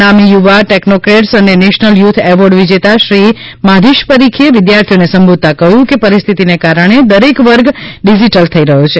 નામી યુવા ટેક્નોક્રેટ્સ અને નેશનલ યૂથ એવોર્ડ વિજેતા શ્રી માધીશ પરીખે વિદ્યાર્થીઓને સંબોધતા કહ્યું હતુ કે પરિસ્થિતીને કારણે દરેક વર્ગ ડિજીટલ થઈ રહ્યો છે